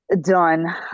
done